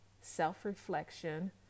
self-reflection